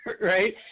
Right